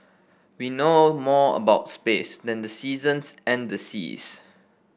we know more about space than the seasons and the seas